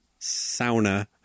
sauna